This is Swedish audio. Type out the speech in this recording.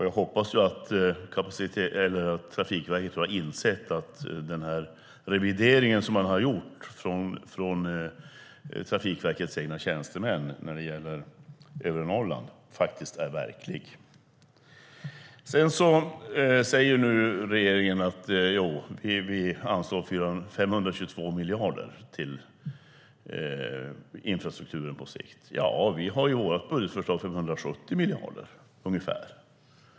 Jag hoppas att Trafikverket då har insett att den revidering beträffande övre Norrland som verkets egna tjänstemän gjort faktiskt är verklig. Regeringen säger nu att man anslår 522 miljarder till infrastrukturen på sikt. I vårt budgetförslag har vi ungefär 570 miljarder.